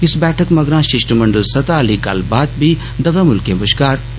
इस बैठक मगरा शिष्टमंडल सतह आह्ली गल्लबात बी दवैं मुल्खे बश्कार होई